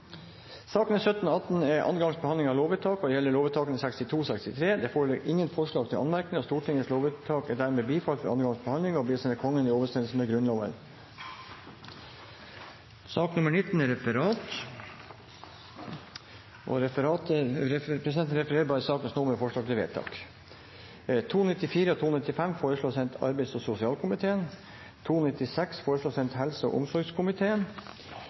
Sakene nr. 17 og 18 er andre gangs behandling av lover og gjelder lovvedtakene 62 og 63. Det foreligger ingen forslag til anmerkning til noen av sakene. Stortingets lovvedtak er dermed bifalt ved andre gangs behandling og blir å sende Kongen i overensstemmelse med Grunnloven. Dermed er